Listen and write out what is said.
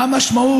מה המשמעות?